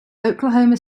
oklahoma